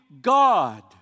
God